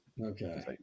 okay